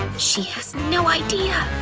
she has no idea!